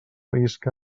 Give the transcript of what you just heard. isca